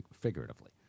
figuratively